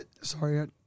sorry